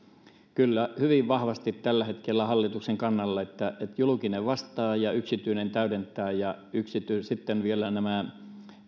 kyllä olen hyvin vahvasti tällä hetkellä hallituksen kannalla että julkinen vastaa ja yksityinen täydentää ja sitten vielä tämä